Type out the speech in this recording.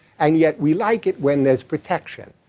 and yet we like it when there's protection.